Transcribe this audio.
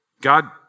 God